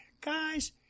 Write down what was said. Guys